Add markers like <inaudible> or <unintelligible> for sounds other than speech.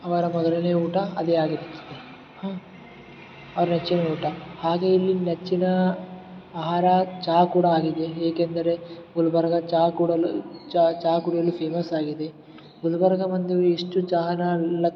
ಅವರ ಮೊದಲನೇ ಊಟ ಅದೇ ಆಗಿತ್ತು ಹಾಂ ಅವ್ರ ನೆಚ್ಚಿನ ಊಟ ಹಾಗೇ ಇಲ್ಲಿ ನೆಚ್ಚಿನ ಆಹಾರ ಚಹಾ ಕೂಡ ಆಗಿದೆ ಏಕೆಂದರೆ ಗುಲ್ಬರ್ಗ ಚಹಾ ಕೂಡಲು ಚಹಾ ಚಹಾ ಕುಡಿಯಲು ಫೇಮಸ್ ಆಗಿದೆ ಗುಲ್ಬರ್ಗ ಒಂದೂ ಇಷ್ಟು ಚಹಾ <unintelligible>